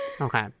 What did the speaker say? okay